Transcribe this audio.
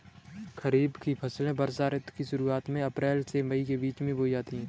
खरीफ की फसलें वर्षा ऋतु की शुरुआत में अप्रैल से मई के बीच बोई जाती हैं